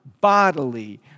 bodily